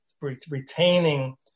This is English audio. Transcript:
retaining